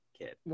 kid